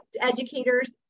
educators